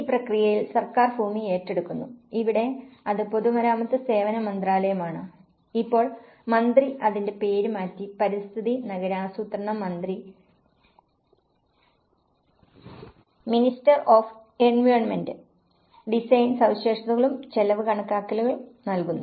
ഈ പ്രക്രിയയിൽ സർക്കാർ ഭൂമി ഏറ്റെടുക്കുന്നു ഇവിടെ അത് പൊതുമരാമത്ത് സേവന മന്ത്രാലയമാണ് ഇപ്പോൾ മന്ത്രി അതിന്റെ പേര് മാറ്റി പരിസ്ഥിതി നഗരാസൂത്രണ മന്ത്രി ഡിസൈൻ സവിശേഷതകളും ചെലവ് കണക്കാക്കലും നൽകുന്നു